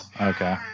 okay